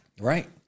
Right